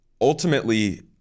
ultimately